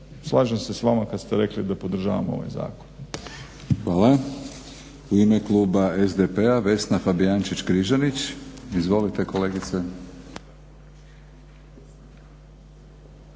slažem se s vama kada ste rekli da podržavamo ovaj zakon. **Batinić, Milorad (HNS)** Hvala. U ime kluba SDP-a Vesna Fabijančić-Križanić. Izvolite kolegice.